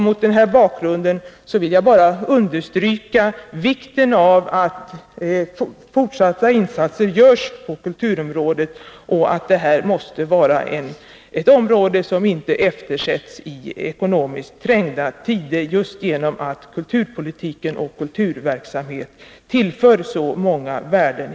Mot den här bakgrunden vill jag bara understryka vikten av att fortsatta insatser görs på kulturområdet och att sådana insatser inte eftersätts i ekonomiskt trängda tider, eftersom kulturpolitiken och kulturverksamheten tillför vårt samhälle så många värden.